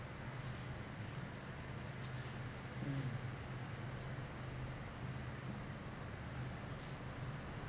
mm